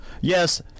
Yes